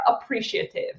appreciative